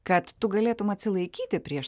kad tu galėtum atsilaikyti prieš